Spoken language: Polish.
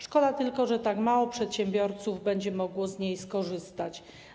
Szkoda tylko, że tak mało przedsiębiorców będzie mogło z niej skorzystać.